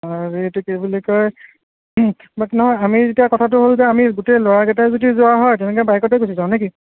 অ' হেৰি এইটো কি বুলি কয় বাট নহয় আমি এতিয়া কথাটো হ'ল যে আমি গোটেই ল'ৰা কেইটাই যদি যোৱা হয় তেনেকৈ বাইকতে গুচি যাওঁ নে কি